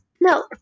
No